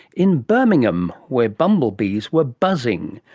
in birmingham where bumblebees were buzzing,